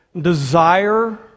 desire